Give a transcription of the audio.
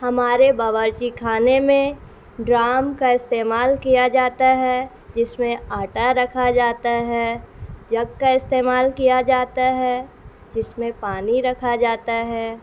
ہمارے باورچی کھانے میں ڈرام کا استعمال کیا جاتا ہے جس میں آٹا رکھا جاتا ہے جگ کا استعمال کیا جاتا ہے جس میں پانی رکھا جاتا ہے